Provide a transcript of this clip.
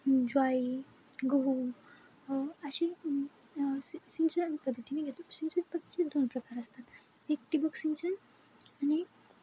ज्वारी गहू असे सि सिंचन पद्धतीने घेतो सिंचन पद्धती दोन प्रकार असतात एक ठिबक सिंचन आणि